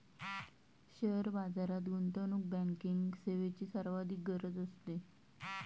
share बाजारात गुंतवणूक banking सेवेची सर्वाधिक गरज असते